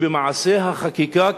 שבמעשה החקיקה,